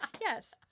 Yes